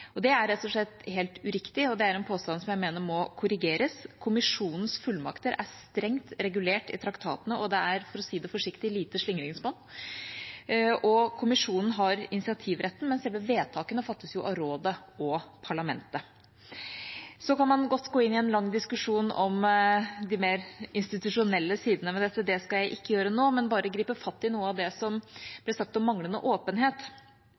Det er rett og slett helt uriktig og en påstand som jeg mener må korrigeres. Kommisjonens fullmakter er strengt regulert i traktatene, og det er, for å si det forsiktig, lite slingringsmonn. Kommisjonen har initiativretten, men selve vedtakene fattes av Rådet og Parlamentet. Så kan man godt gå inn i en lang diskusjon om de mer institusjonelle sidene ved dette. Det skal jeg ikke gjøre nå, bare gripe fatt i noe av det som ble sagt om manglende åpenhet.